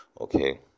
okay